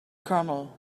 colonel